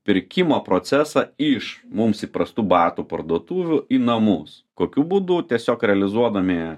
pirkimo procesą iš mums įprastų batų parduotuvių į namus kokiu būdu tiesiog realizuodami